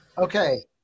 Okay